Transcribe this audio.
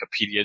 Wikipedia